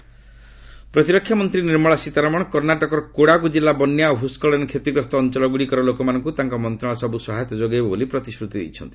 Karnataka flood ପ୍ରତୀରକ୍ଷାମନ୍ତ୍ରୀ ନିର୍ମଳା ସୀତାରମଣ କର୍ଣ୍ଣାଟକର କୋଡାଗୁ ଜିଲ୍ଲା ବନ୍ୟା ଓ ଭୁସ୍କଳନରେ କ୍ଷତିଗ୍ରସ୍ତ ଅଞ୍ଚଳ ଗୁଡ଼ିକର ଲୋକମାନଙ୍କୁ ତାଙ୍କ ମନ୍ତ୍ରଣାଳୟ ସବୁ ସହାୟତା ଯୋଗାଇବ ବୋଲି ପ୍ରତିଶ୍ରତି ଦେଇଛନ୍ତି